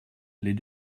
les